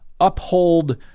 uphold